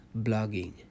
blogging